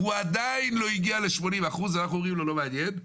והוא עדיין לא הגיע ל-80% ואנחנו אומרים לו לא מעניין.